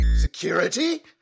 Security